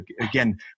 again